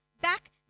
back